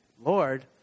Lord